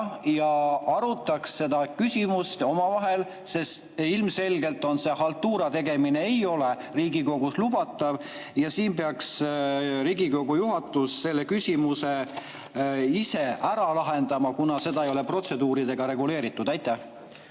ja arutaks seda küsimust omavahel, sest ilmselgelt haltuura tegemine ei ole Riigikogus lubatav ja siin peaks Riigikogu juhatus selle küsimuse ise ära lahendama, kuna seda ei ole protseduuridega reguleeritud. Ma